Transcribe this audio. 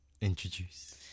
Introduce